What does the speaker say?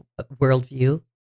worldview